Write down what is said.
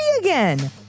again